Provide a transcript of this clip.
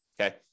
Okay